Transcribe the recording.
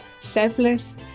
selfless